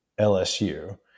LSU